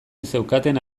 zeukaten